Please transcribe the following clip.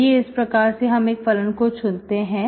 आइए इस प्रकार से हम एक फलन को चुनते हैं